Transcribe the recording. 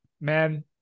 Man